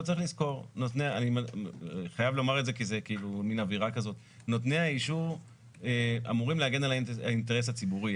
אני חייב לומר שנותני האישור אמורים להגן על האינטרס הציבורי.